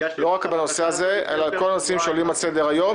ולא רק בנושא הזה אלא בכל הנושאים שעולים על סדר היום.